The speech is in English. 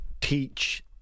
teach